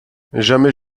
jamais